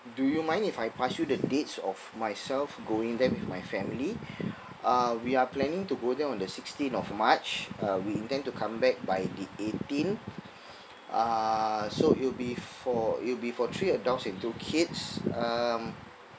do you mind if I pass you the dates of myself going there with my family uh we are planning to go there on the sixteen of march uh we intend to come back by the eighteen uh so it'll be for it'll be for three adults and two kids um